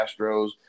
Astros